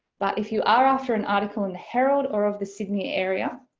but if you are after an article in the herald or of the sydney area,